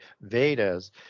Vedas